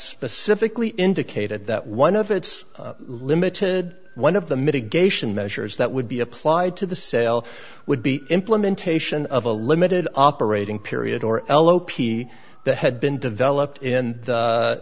specifically indicated that one of its limited one of the mitigation measures that would be applied to the sale would be implementation of a limited operating period or l o p the had been developed in the